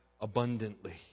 abundantly